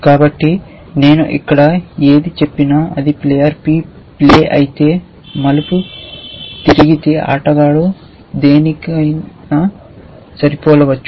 కాబట్టి నేను ఇక్కడ ఏది చెప్పినా అది ప్లేయర్ ఎ ప్లే అయితే మలుపు తిరిగితే ఆటగాడు దేనితోనైనా సరిపోలవచ్చు